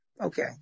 Okay